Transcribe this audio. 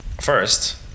first